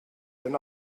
denn